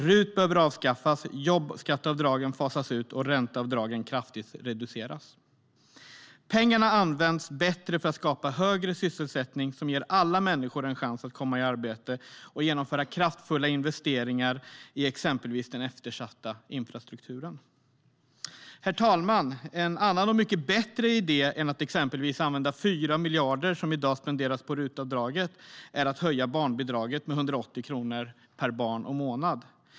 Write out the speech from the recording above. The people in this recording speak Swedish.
RUT behöver avskaffas, jobbskatteavdragen fasas ut och ränteavdragen kraftigt reduceras. Herr talman! En annan och mycket bättre idé än att exempelvis använda de 4 miljarder som i dag spenderas på RUT-avdraget är att höja barnbidraget med 180 kronor per barn och månad.